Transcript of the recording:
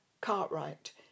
Cartwright